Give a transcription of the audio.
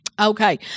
Okay